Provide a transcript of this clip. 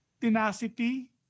tenacity